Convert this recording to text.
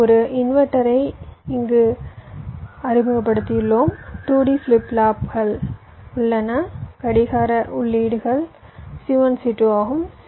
இங்கே ஒரு இன்வெர்ட்டரை இங்கு அறிமுகப்படுத்தியுள்ளோம் 2D ஃபிளிப் ஃப்ளாப்புகள் உள்ளன கடிகார உள்ளீடுகள் C1 C2 ஆகும்